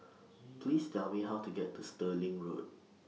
Please Tell Me How to get to Stirling Road